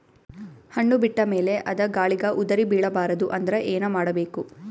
ಹಣ್ಣು ಬಿಟ್ಟ ಮೇಲೆ ಅದ ಗಾಳಿಗ ಉದರಿಬೀಳಬಾರದು ಅಂದ್ರ ಏನ ಮಾಡಬೇಕು?